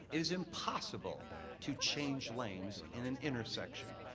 it is impossible to change lanes in an intersection.